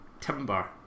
timber